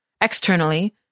Externally